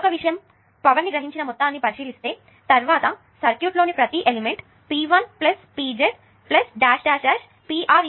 మరొక విషయం పవర్ ను గ్రహించిన మొత్తాన్ని పరిశీలిస్తే తర్వాత సర్క్యూట్ లోని ప్రతి ఎలిమెంట్ p 1 p 2